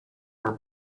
our